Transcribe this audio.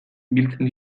biltzen